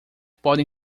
podem